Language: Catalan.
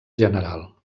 general